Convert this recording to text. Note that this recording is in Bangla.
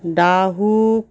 ডাহুক